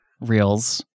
reels